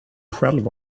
själv